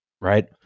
right